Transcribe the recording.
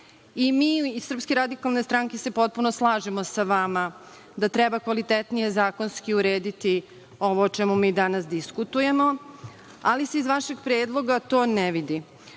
Mi iz SRS se potpuno slažemo sa vama da treba kvalitetnije zakonski urediti ovo o čemu mi danas diskutujemo, ali se iz vašeg predloga to ne vidi. Ovim